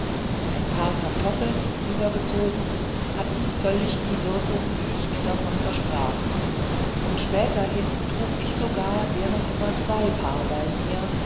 ein paar pantoffeln übergezogen hatten völlig die wirkung die ich mir davon versprach und späterhin trug ich sogar deren immer zwei paar bei mir